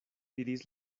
diris